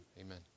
amen